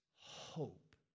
hope